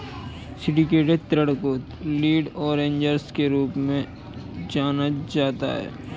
syndicated ऋण को lead arrangers के रूप में जाना जाता है